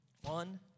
One